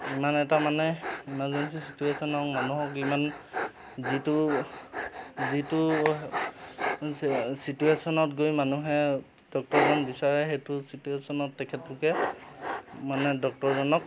ইমান এটা মানে ইমাৰ্জেঞ্চি ছিটুৱেশ্যন মানুহক ইমান যিটো যিটো ছিটুৱেশ্যনত গৈ মানুহে ডক্টৰজন বিচাৰে সেইটো ছিটুৱেশ্যনত তেখেতলোকে মানে ডক্তৰজনক